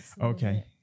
Okay